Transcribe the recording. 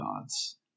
gods